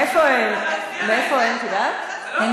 מאיפה הן, את יודעת?